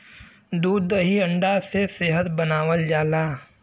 दूध दही अंडा से सेहत बनावल जाला